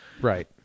Right